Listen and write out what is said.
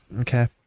Okay